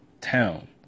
town